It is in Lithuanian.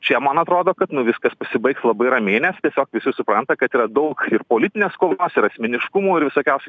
čia man atrodo kad viskas pasibaigs labai ramiai nes tiesiog visi supranta kad yra daug ir politinės kovos ir asmeniškumų ir visokiausių